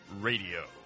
Radio